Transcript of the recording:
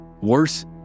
Worse